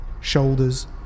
shoulders